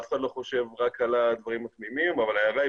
אף אחד לא חושב רק על הדברים הפליליים אבל ההערה היא